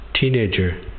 teenager